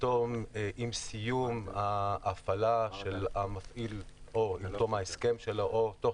עם סיום ההפעלה של המפעיל או בתום ההסכם שלו או תוך